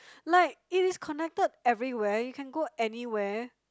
like it is connected everywhere you can go anywhere